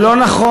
הוא לא נכון,